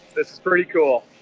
this is pretty cool.